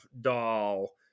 doll